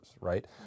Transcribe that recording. right